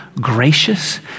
gracious